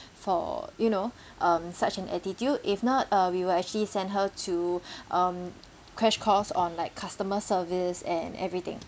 for you know um such an attitude if not uh we will actually send her to um crash course on like customer service and everything